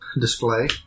display